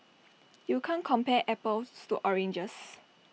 you can't compare apples to oranges